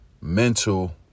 mental